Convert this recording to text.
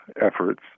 efforts